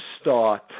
start